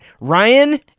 Ryan